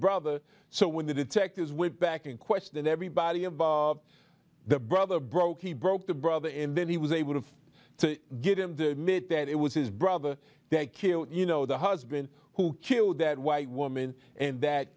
brother so when the detectives went back in question everybody about of the brother broke he broke the brother and then he was able to get him the myth that it was his brother they killed you know the husband who killed that white woman and